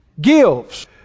Gives